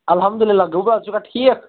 اَلحَمدُاللہ گوٗبرا ژٕ چھُکھا ٹھیٖک